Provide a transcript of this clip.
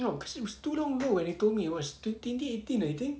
no cause it was too long ago when they told me it was twenty eighteen I think